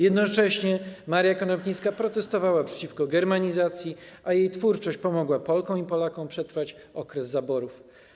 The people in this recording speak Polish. Jednocześnie Maria Konopnicka protestowała przeciwko germanizacji, a jej twórczość pomogła Polkom i Polakom przetrwać okres zaborów.